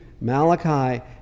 Malachi